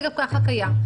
זה גם ככה קיים.